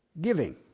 giving